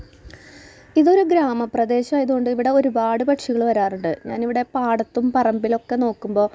ഇതൊരു ഗ്രാമപ്രദേശമായത്കൊണ്ട് ഇവിടൊരുപാട് പക്ഷികൾ വരാറുണ്ട് ഞാനിവിടെ പാടത്തും പറമ്പിലക്കെ നോക്കുമ്പോൾ